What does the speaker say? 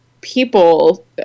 people